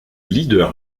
leader